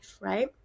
right